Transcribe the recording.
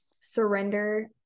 surrender